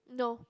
no